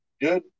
Good